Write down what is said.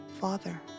Father